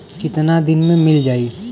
कितना दिन में मील जाई?